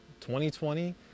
2020